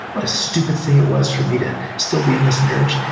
what a stupid thing it was for me to still be in this marriage.